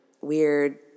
weird